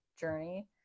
journey